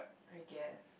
I guess